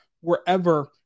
wherever